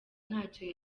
ntacyo